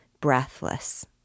breathless